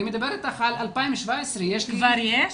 אני מדבר איתך על 2017. כבר יש?